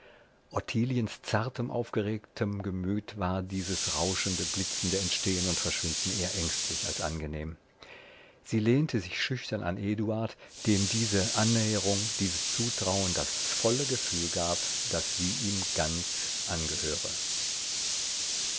ottiliens zartem aufgeregtem gemüt war dieses rauschende blitzende entstehen und verschwinden eher ängstlich als angenehm sie lehnte sich schüchtern an eduard dem diese annäherung dieses zutrauen das volle gefühl gab daß sie ihm ganz angehöre